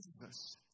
Jesus